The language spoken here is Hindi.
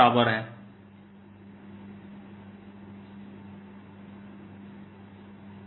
r r